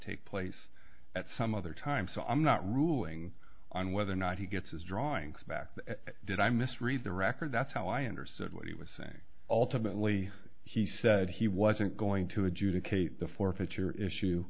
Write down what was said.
take place at some other time so i'm not ruling on whether or not he gets his drawings back did i misread the record that's how i understood what he was saying ultimately he said he wasn't going to adjudicate the forfeiture issue